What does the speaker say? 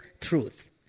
truth